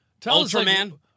Ultraman